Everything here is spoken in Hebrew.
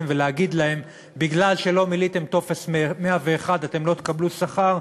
ולהגיד להם: מכיוון שלא מילאתם טופס 101 אתם לא תקבלו שכר,